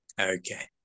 Okay